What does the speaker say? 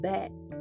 back